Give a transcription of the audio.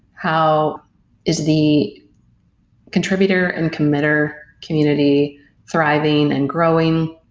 how is the contributor and committer community thriving and growing?